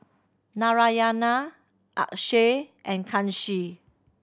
Narayana Akshay and Kanshi